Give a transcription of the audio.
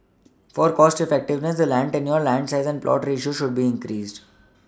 for cost effectiveness the land Danial land size and plot ratio should be increased